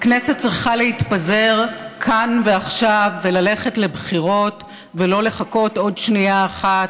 הכנסת צריכה להתפזר כאן ועכשיו וללכת לבחירות ולא לחכות עוד שנייה אחת.